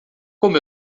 como